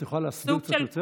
את יכולה להסביר קצת יותר?